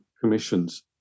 commissions